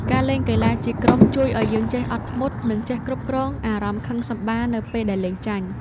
ការលេងកីឡាជាក្រុមជួយឱ្យយើងចេះអត់ធ្មត់ និងចេះគ្រប់គ្រងអារម្មណ៍ខឹងសម្បារនៅពេលដែលលេងចាញ់។